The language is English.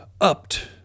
upped